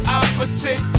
opposite